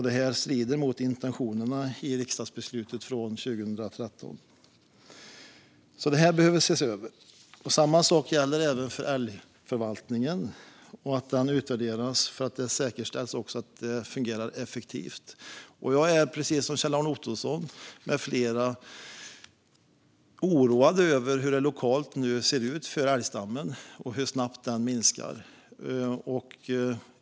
Det här strider mot intentionerna i riksdagsbeslutet från 2013. Detta behöver alltså ses över. Samma sak gäller för älgförvaltningens arbete; även den behöver utvärderas för att säkerställa att den fungerar effektivt. Jag är precis som Kjell-Arne Ottosson med flera oroad över hur det lokalt ser ut för älgstammen och hur snabbt den minskar.